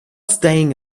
staying